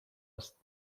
است